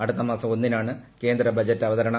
അടുത്ത മാസം ഒന്നിനാണ് കേന്ദ്ര ബജറ്റ് അവതരണം